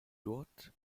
dort